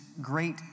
great